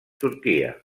turquia